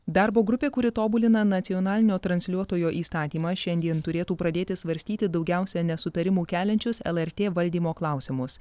darbo grupė kuri tobulina nacionalinio transliuotojo įstatymą šiandien turėtų pradėti svarstyti daugiausia nesutarimų keliančius lrt valdymo klausimus